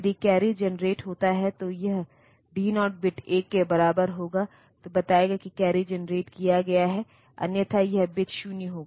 तो अधिकांश ऑपरेशन जो यह करता है 8 बिट डेटा पर होता है और भले ही यह 16 बिट पर संचालित हो